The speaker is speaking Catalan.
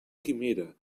quimera